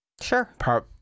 Sure